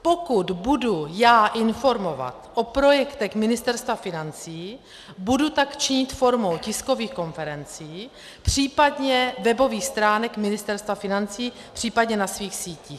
Pokud budu já informovat o projektech Ministerstva financí, budu tak činit formou tiskových konferencí, případně webových stránek Ministerstva financí, případně na svých sítích.